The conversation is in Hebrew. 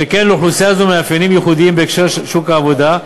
שכן לאוכלוסייה זו מאפיינים ייחודיים בהקשר של שוק העבודה,